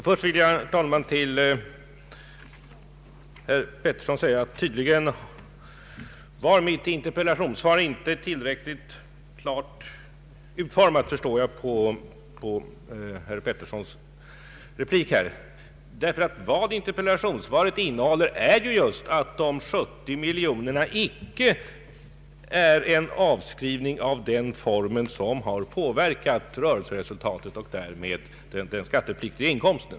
Herr talman! Först vill jag, herr talman, säga till herr Pettersson att mitt interpellationssvar tydligen inte var tillräckligt klart utformat, vilket framgår av herr Petterssons replik. Vad interpellationssvaret innehåller är just att de 70 miljonerna icke är en avskrivning av den form som påverkat rörelseresultatet och därmed den skattepliktiga inkomsten.